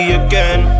again